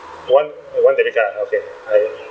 one one debit card ah okay I